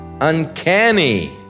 uncanny